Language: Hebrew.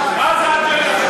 מה האג'נדה שלך?